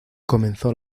comenzó